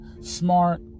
smart